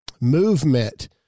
movement